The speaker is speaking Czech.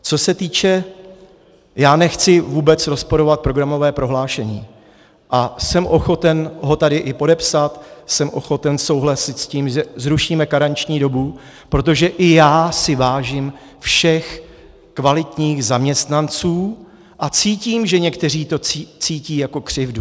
Co se týče já nechci vůbec rozporovat programové prohlášení a jsem ochoten ho tady i podepsat, jsem ochoten souhlasit s tím, že zrušíme karenční dobu, protože i já si vážím všech kvalitních zaměstnanců a cítím, že někteří to cítí jako křivdu.